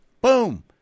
Boom